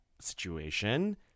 situation